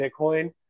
Bitcoin